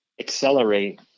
accelerate